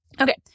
Okay